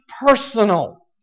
personal